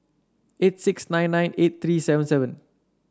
eight six nine nine eight three seven seven